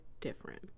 different